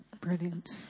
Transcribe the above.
Brilliant